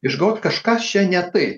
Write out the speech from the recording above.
išgaut kažkas čia ne taip